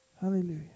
Hallelujah